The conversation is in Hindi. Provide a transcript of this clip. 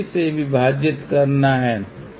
तो आप सबसे कम आवृत्ति ले सकते हैं